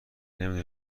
نمی